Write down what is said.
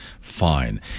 fine